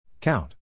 Count